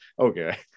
okay